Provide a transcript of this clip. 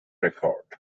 record